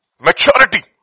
maturity